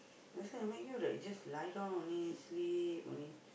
that's why I make you like just lie down only sleep only